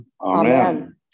Amen